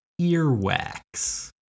earwax